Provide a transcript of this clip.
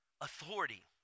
authority